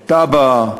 בתב"ע,